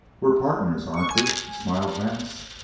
we're partners, aren't we? smiled vance.